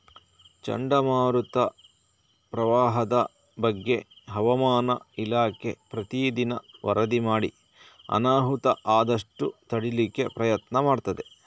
ಚಂಡಮಾರುತ, ಪ್ರವಾಹದ ಬಗ್ಗೆ ಹವಾಮಾನ ಇಲಾಖೆ ಪ್ರತೀ ದಿನ ವರದಿ ಮಾಡಿ ಅನಾಹುತ ಆದಷ್ಟು ತಡೀಲಿಕ್ಕೆ ಪ್ರಯತ್ನ ಮಾಡ್ತದೆ